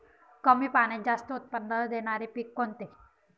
कमी पाण्यात जास्त उत्त्पन्न देणारे पीक कोणते?